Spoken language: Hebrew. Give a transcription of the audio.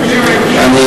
אני מקשיב, אני מקשיב.